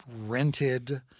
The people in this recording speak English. rented